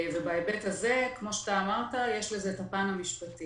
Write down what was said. ובהיבט הזה, כמו שאתה אמרת, יש לזה את הפן המשפטי.